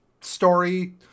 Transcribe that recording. story